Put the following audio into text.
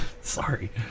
Sorry